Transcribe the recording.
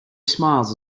smiles